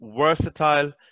versatile